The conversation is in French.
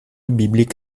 biblique